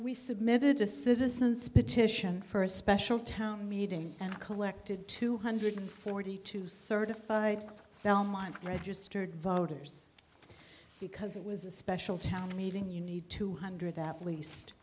we submitted to citizens petition for a special town meeting and collected two hundred forty two certified belmont registered voters because it was a special town meeting you need two hundred that least